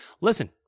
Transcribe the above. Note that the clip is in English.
Listen